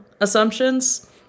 assumptions